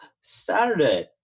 Saturday